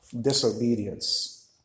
disobedience